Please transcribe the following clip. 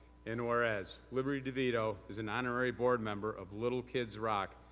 and whereas liberty devito is an honorary board member of little kids rock,